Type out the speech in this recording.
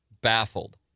baffled